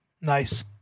Nice